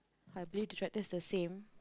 I believe the tractor is the same